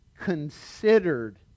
considered